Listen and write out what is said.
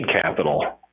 capital